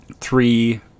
three